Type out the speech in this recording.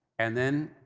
and then,